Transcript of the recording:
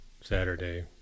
Saturday